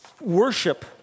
worship